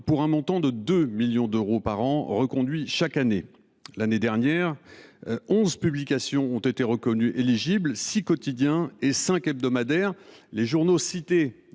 pour un montant de 2 millions d’euros, reconduits chaque année. L’année dernière, onze publications ont été reconnues éligibles : six quotidiens et cinq hebdomadaires. Les journaux cités